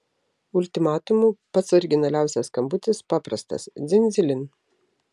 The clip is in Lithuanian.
ultimatumu pats originaliausias skambutis paprastas dzin dzilin